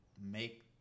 make